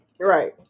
right